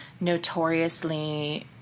notoriously